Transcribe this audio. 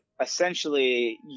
essentially